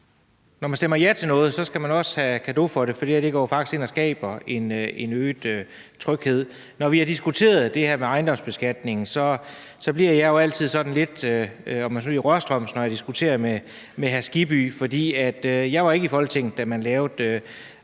når man stemmer ja til noget, skal man også have cadeau for det, for det her går jo faktisk ind og skaber en øget tryghed. Når vi har diskuteret det her med ejendomsbeskatningen, bliver jeg jo altid sådan lidt, om man så må sige, rørstrømsk, når jeg diskuterer med hr. Hans Kristian Skibby, for jeg var ikke i Folketinget, da man lavede